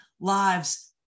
lives